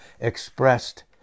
expressed